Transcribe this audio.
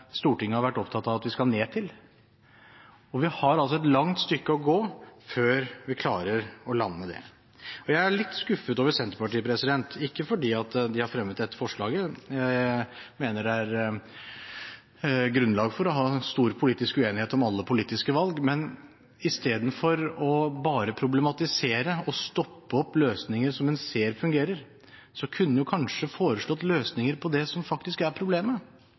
Stortinget har vært opptatt av at vi skal ned til. Vi har altså et langt stykke å gå før vi klarer å lande det. Jeg er litt skuffet over Senterpartiet, ikke fordi de har fremmet dette forslaget – jeg mener det er grunnlag for å ha stor politisk uenighet om alle politiske valg – men istedenfor bare å problematisere og stoppe løsninger som en ser fungerer, kunne man kanskje foreslått løsninger på det som faktisk er problemet.